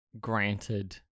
granted